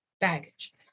baggage